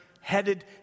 headed